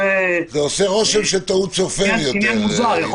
זה עושה רושם של טעות סופר יותר, אם הבנתי נכון.